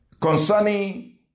concerning